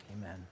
Amen